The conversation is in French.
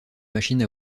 machine